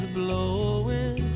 blowing